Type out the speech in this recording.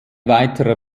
weiterer